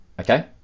Okay